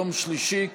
יום שלישי,